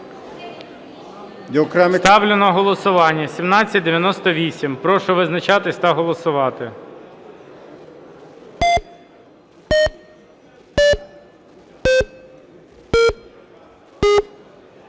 Ставлю на голосування 1901. Прошу визначатись та голосувати.